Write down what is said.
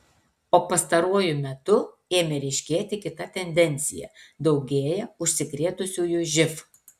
o pastaruoju metu ėmė ryškėti kita tendencija daugėja užsikrėtusiųjų živ